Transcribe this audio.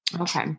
Okay